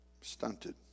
stunted